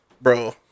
Bro